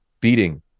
beating